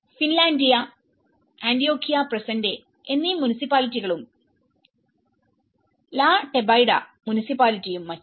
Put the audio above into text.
Finlandia Antioquia പ്രെസെന്റേ എന്നീ മുൻസിപ്പാലിറ്റികളുംലാ ടെബൈഡയുടെമുനിസിപ്പാലിറ്റിയുംമറ്റും